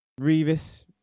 Revis